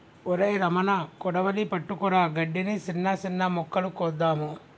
ఒరై రమణ కొడవలి పట్టుకురా గడ్డిని, సిన్న సిన్న మొక్కలు కోద్దాము